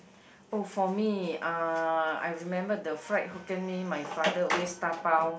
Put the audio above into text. oh for me uh I remember the fried Hokkien-Mee my father always dabao